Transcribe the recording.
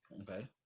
Okay